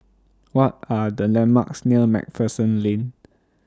What Are The landmarks near MacPherson Lane